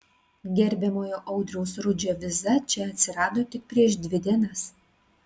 gerbiamojo audriaus rudžio viza čia atsirado tik prieš dvi dienas